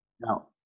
Now